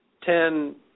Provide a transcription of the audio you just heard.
ten